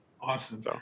Awesome